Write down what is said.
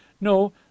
no